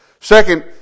Second